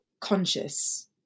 conscious